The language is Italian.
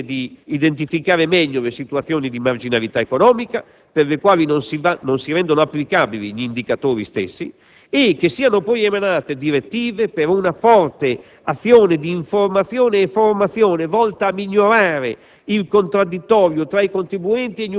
per individuare criteri oggettivi al fine di identificare meglio le situazioni di marginalità economica, per le quali non si rendono applicabili gli indicatori stessi, e che siano poi emanate direttive per una forte azione di informazione e formazione volta a migliorare